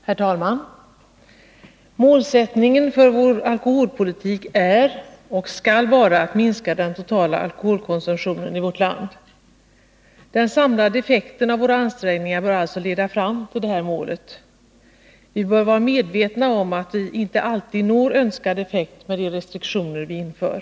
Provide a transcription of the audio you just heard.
Herr talman! Målsättningen för vår alkolholpolitik är och skall vara att minska den totala alkoholkonsumtionen i vårt land. Den samlade effekten av våra ansträngningar bör alltså leda fram till detta mål. Vi bör dock vara medvetna om att vi inte alltid når önskad effekt med de restriktioner vi inför.